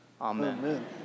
Amen